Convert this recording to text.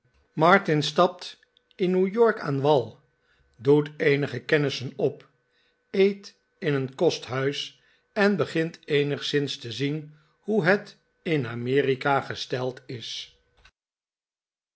stapt in new york aan wal r doet eenige kennissen op eet in een kostnuis en begint eenigszins te zien hoe het in amerika gesteld is